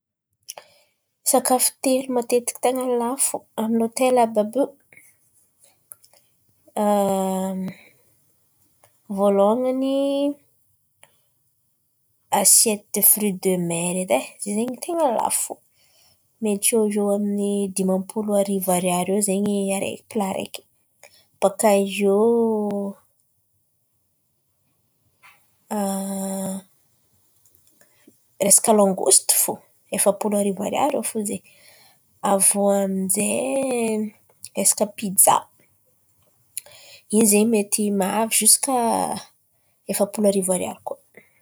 Sakafo telo matetiky ten̈a ny lafo amin'ny hôtely àby àby io vôlôhany asiety defri demer edy e, zay ten̈a ny lafo mety eo ho eo amin'ny dimam-polo arivo ariary eo zen̈y araiky- plà araiky. Bôkà eo resaka langosto fo efa-polo arivo ariary eo fo zen̈y. Avy eo amin'izay resaka pijà, io zen̈y mety mahavy ziskà efa-polo arivo ariary.